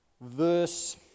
Verse